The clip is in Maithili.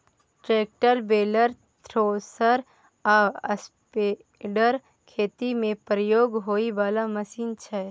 ट्रेक्टर, बेलर, थ्रेसर आ स्प्रेडर खेती मे प्रयोग होइ बला मशीन छै